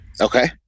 Okay